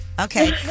Okay